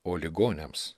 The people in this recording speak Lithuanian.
o ligoniams